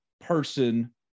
person